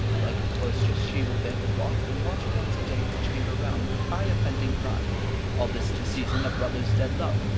like a cloistress, she will veiled walk and water once a day her chamber round with eye-offending brine all this to season a brother's dead love,